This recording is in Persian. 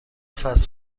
فست